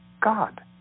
God